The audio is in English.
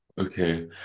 okay